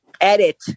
edit